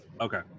Okay